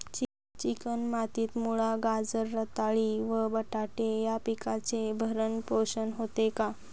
Chicken मातीत मुळा, गाजर, रताळी व बटाटे या पिकांचे भरण पोषण होते का?